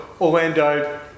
Orlando